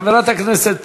חברת הכנסת